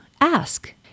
ask